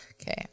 Okay